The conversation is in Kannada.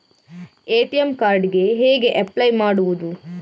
ಎ.ಟಿ.ಎಂ ಕಾರ್ಡ್ ಗೆ ಹೇಗೆ ಅಪ್ಲೈ ಮಾಡುವುದು?